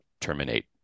terminate